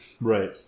Right